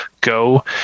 go